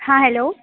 हॅं हेल्लो